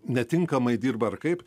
netinkamai dirba ar kaip